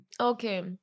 okay